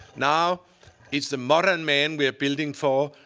now it's the modern man we are building for,